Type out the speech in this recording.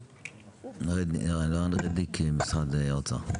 רן רידניק ממשרד הבריאות.